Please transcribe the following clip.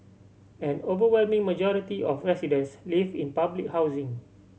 an overwhelming majority of residents live in public housing